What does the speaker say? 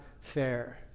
fair